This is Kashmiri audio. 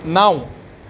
نَو